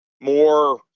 more